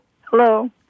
Hello